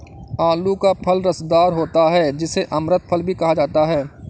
आलू का फल रसदार होता है जिसे अमृत फल भी कहा जाता है